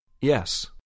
Yes